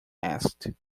asked